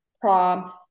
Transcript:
prom